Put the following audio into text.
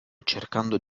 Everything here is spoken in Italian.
cercando